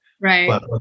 Right